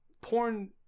porn